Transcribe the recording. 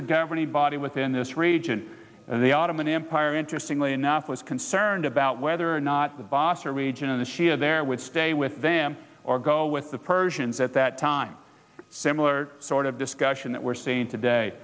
a governing body within this region and the ottoman empire interestingly enough was concerned about whether or not the boss or region of the shia there would stay with them or go with the persians at that time similar sort of discussion that we're saying today